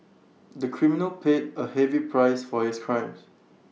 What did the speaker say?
the criminal paid A heavy price for his crimes